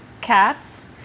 cats